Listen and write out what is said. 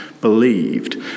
believed